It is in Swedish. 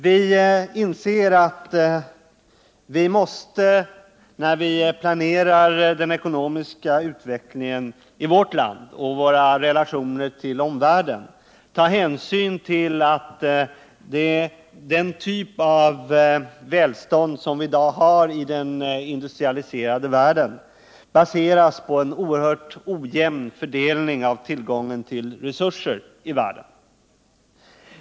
Vi anser att vi måste, när Vi planerar den ekonomiska utvecklingen i vårt land och våra relationer till omvärlden, ta hänsyn till att den typ av välstånd som vi i dag har i den industrialiserade världen baseras på en oerhört ojämn fördelning av de resurser som vi har tillgång till.